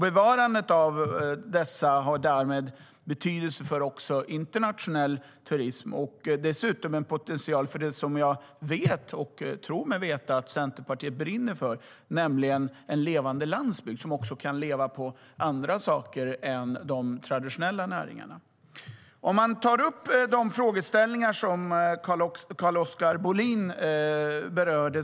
Bevarandet av stränderna har därmed betydelse för internationell turism. Dessutom har detta en potential för det som jag tror mig veta att Centerpartiet brinner för, nämligen en levande landsbygd som också kan leva på andra saker än de traditionella näringarna. Låt mig ta upp de frågor som Carl-Oskar Bohlin berörde.